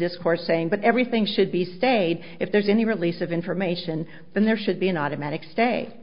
this course saying but everything should be stayed if there's any release of information and there should be an automatic stay